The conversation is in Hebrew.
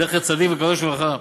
זכר צדיק וקדוש לברכה,